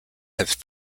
have